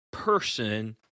person